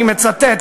אני מצטט,